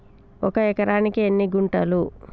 ఒక ఎకరానికి ఎన్ని గుంటలు?